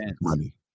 money